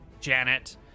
janet